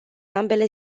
ambele